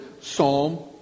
Psalm